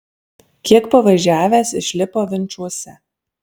kiek pavažiavęs išlipo vinčuose